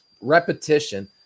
repetition